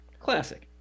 classic